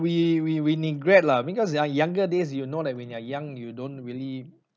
we we we regret lah because in our younger days you know like when you're young you don't really